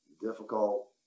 difficult